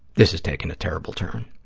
this has taken a terrible turn.